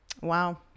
wow